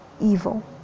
evil